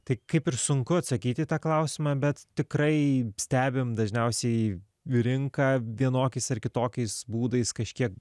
tai kaip ir sunku atsakyti į tą klausimą bet tikrai stebim dažniausiai rinką vienokiais ar kitokiais būdais kažkiek